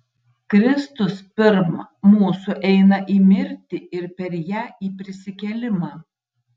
kristus pirm mūsų eina į mirtį ir per ją į prisikėlimą